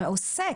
אלא העוסק,